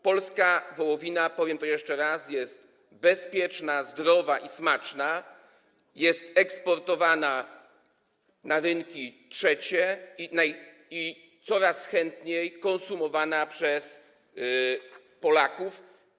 Polska wołowina, powiem to jeszcze raz, jest bezpieczna, zdrowa i smaczna, jest eksportowana na rynki trzecie i coraz chętniej konsumowana przez Polaków.